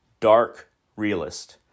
darkrealist